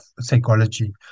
psychology